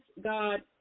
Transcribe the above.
god